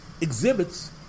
exhibits